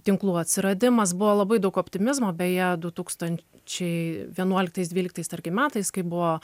tinklų atsiradimas buvo labai daug optimizmo beje du tūkstančiai vienuoliktais dvyliktais tarkim metais kai buvo